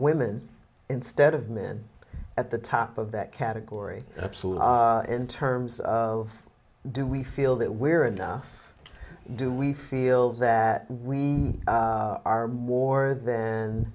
women instead of men at the top of that category absolutely in terms of do we feel that we're enough do we feel that we are more than